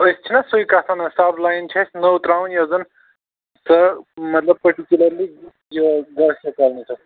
أسۍ چھِ نا سُے کَتھ وَنان سَب لایِن چھِ اَسہِ نٔو ترٛاوٕنۍ یۄس زَن سۅ مطلب پٔٹِکیٛوٗلَرلی یہِ گوسیہ کالنی تام